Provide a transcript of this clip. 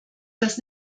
das